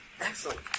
Excellent